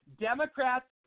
Democrats